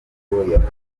w’umutaliyani